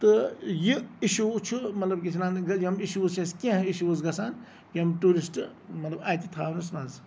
تہٕ یہِ اِشوٗ چھُ مطلب اِتنا یِم اِشوٗز چھِ اسہِ کیٚںہہ اِشوٗز گژھان یِم ٹوٗرِسٹہٕ اَتہِ تھاونَس منٛز